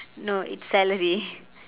no it's celery